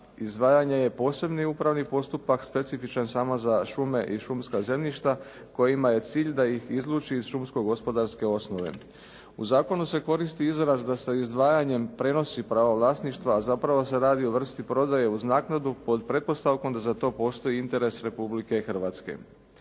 Izdvajanje je posebni upravni postupak specifičan samo za šume i šumska zemljišta kojima je cilj da iz izluči iz šumsko gospodarske osnove. U zakonu se koristi izraz da se izdvajanjem prenosi pravo vlasništva, a zapravo se radi o vrsti prodaje uz naknadu pod pretpostavkom da za to postoji interes Republike Hrvatske.